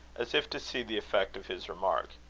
as if to see the effect of his remark.